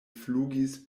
flugis